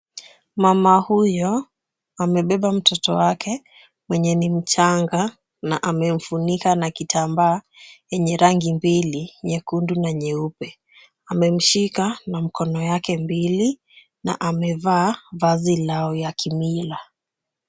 Mama huyo amebeba mtoto wake mwenye ni mchanga na amemfunika na kitambaa yenye rangi mbili. Nyekundu na nyeupe. Amemshika na mikono yake mbili na amevaa vazi lao ya kimila.